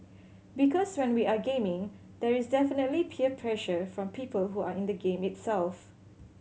because when we are gaming there is definitely peer pressure from people who are in the game itself